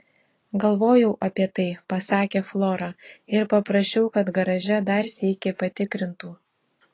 galvojau apie tai pasakė flora ir paprašiau kad garaže dar sykį patikrintų